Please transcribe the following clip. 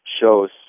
shows